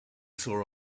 saw